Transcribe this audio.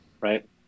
right